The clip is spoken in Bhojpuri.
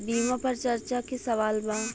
बीमा पर चर्चा के सवाल बा?